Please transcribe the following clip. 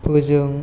फोजों